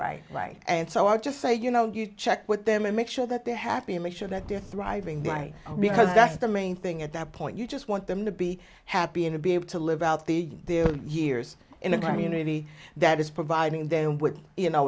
right right and so i just say you know check with them and make sure that they're happy make sure that they're thriving right because that's the main thing at that point you just want them to be happy and to be able to live out the years in a community that is providing them with you know